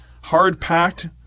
Hard-packed